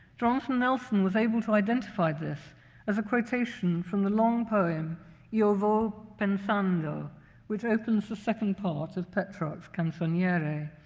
jonathan nelson was able to identify this as a quotation from the long poem i' vo pensando which opens the second part of petrarch's canzoniere.